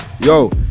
yo